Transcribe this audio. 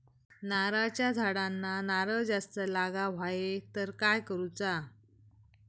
नारळाच्या झाडांना नारळ जास्त लागा व्हाये तर काय करूचा?